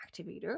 activator